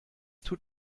tut